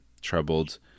troubled